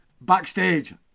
backstage